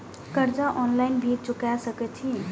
कर्जा ऑनलाइन भी चुका सके छी?